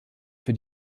für